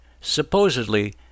Supposedly